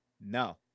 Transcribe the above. no